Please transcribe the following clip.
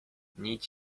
nic